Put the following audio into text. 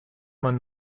man